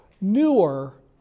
newer